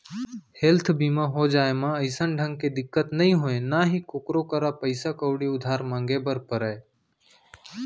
health बीमा हो जाए म अइसन ढंग के दिक्कत नइ होय ना ही कोकरो करा पइसा कउड़ी उधार मांगे बर परय